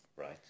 right